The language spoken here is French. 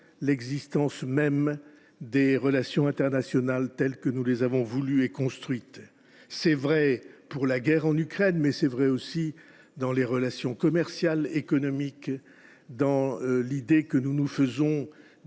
l’existence même des relations internationales telles que nous les avons voulues et construites. C’est vrai de la guerre en Ukraine, mais c’est aussi vrai des relations commerciales et économiques, de l’idée que nous nous faisons